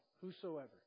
Whosoever